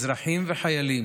אזרחים וחיילים,